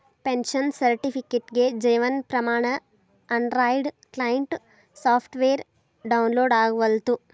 pension ಸರ್ಟಿಫಿಕೇಟ್ಗೆ Jeevan Pramaan Android client software download ಆಗವಲ್ತು